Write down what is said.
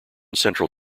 central